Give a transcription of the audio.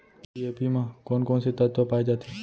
DAP म कोन कोन से तत्व पाए जाथे?